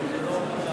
39, נגד ההסתייגות,